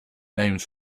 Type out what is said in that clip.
names